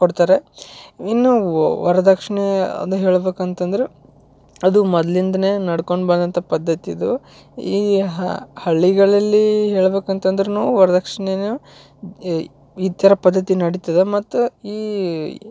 ಕೊಡ್ತಾರೆ ಇನ್ನು ವರದಕ್ಷಿಣೆ ಅದು ಹೇಳ್ಬೇಕು ಅಂತಂದ್ರೆ ಅದು ಮೊದ್ಲಿಂದಲೇ ನಡ್ಕೊಂಡು ಬಂದಂಥ ಪದ್ಧತಿ ಇದು ಈ ಹಳ್ಳಿಗಳಲ್ಲಿ ಹೇಳ್ಬೇಕು ಅಂತಂದ್ರೂ ವರ್ದಕ್ಷ್ಣೆಯೂ ಈ ಈ ಥರ ಪದ್ಧತಿ ನಡ್ತದೆ ಮತ್ತು ಈ